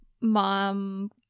Mom